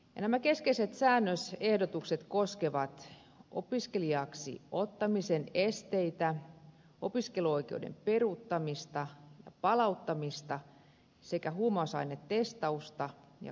nämä keskeiset säännösehdotukset koskevat opiskelijaksi ottamisen esteitä opiskeluoikeuden peruuttamista ja palauttamista sekä huumausainetestausta ja kurinpitoa